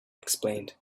explained